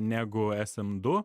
negu es em du